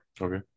Okay